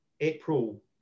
April